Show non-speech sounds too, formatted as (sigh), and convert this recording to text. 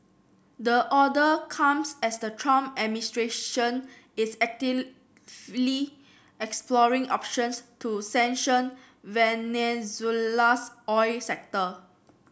the order comes as the Trump administration is (unintelligible) exploring options to sanction Venezuela's oil sector